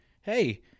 hey